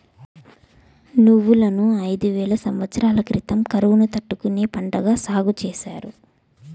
నువ్వులను ఐదు వేల సమత్సరాల క్రితం కరువును తట్టుకునే పంటగా సాగు చేసారు